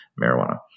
marijuana